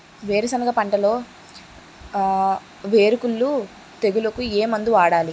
వేరుసెనగ పంటలో వేరుకుళ్ళు తెగులుకు ఏ మందు వాడాలి?